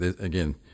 Again